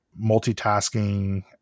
multitasking